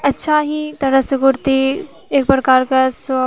अच्छा ही तरह सँ कुर्ती एक प्रकार के सो